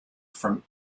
from